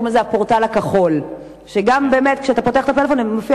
"הפורטל הכחול": כשאתה פותח את הטלפון מופיע